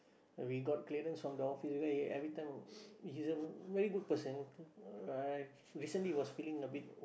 we got clearance from the office because he every time he's a very good person right recently was feeling a bit